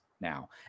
now